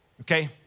Okay